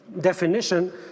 definition